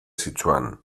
sichuan